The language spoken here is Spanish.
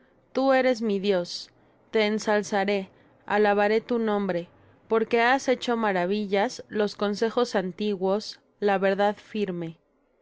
tú eres mi dios te ensalzaré alabaré tu nombre porque has hecho maravillas los consejos antiguos la verdad firme